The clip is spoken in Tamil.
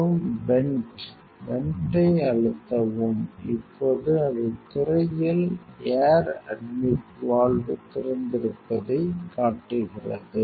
மற்றும் வென்ட் வென்ட் ஐ அழுத்தவும் இப்போது அது திரையில் ஏர் அட்மிட் வால்வு திறந்திருப்பதைக் காட்டுகிறது